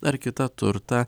ar kitą turtą